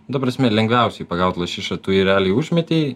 ta prasme lengviausiai pagaut lašišą tu jį realiai užmetei